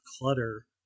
clutter